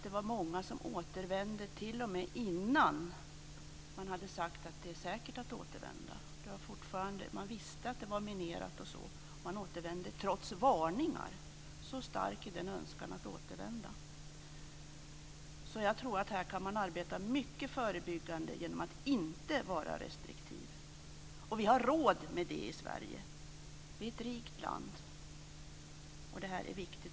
Det var många som återvände t.o.m. innan det hade sagts att det var säkert att återvända. Man visste att det var minerat, men man återvände trots varningar. Så stark är önskan att återvända. Jag tror att här kan man arbeta mycket förebyggande genom att inte vara restriktiv. Vi har råd med det i Sverige. Vi är ett rikt land. Det här är viktigt.